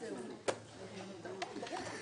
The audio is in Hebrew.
קודם אני רוצה לשאול שאלה את לילך.